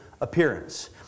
appearance